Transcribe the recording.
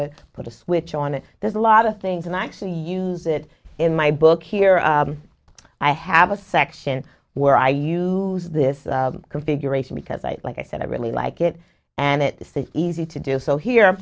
it put a switch on it there's a lot of things and i actually use it in my book here i have a section where i use this configuration because i like i said i really like it and it seems easy to do so here